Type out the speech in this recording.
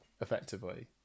effectively